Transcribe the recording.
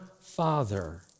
Father